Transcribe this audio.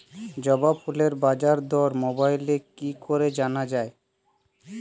জবা ফুলের বাজার দর মোবাইলে কি করে জানা যায়?